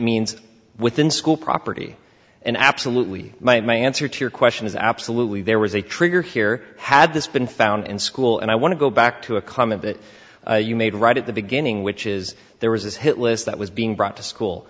means within school property and absolutely my answer to your question is absolutely there was a trigger here had this been found in school and i want to go back to a come of it you made right at the beginning which is there was this hit list that was being brought to school